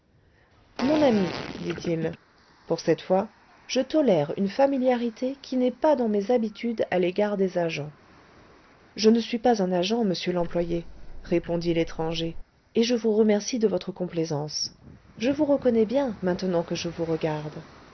mon ami dit-il pour cette fois je tolère une familiarité qui n'est pas dans mes habitudes à l'égard des agents je ne suis pas un agent monsieur l'employé répondit l'étranger et je vous remercie de votre complaisance je vous reconnais bien maintenant que je vous regarde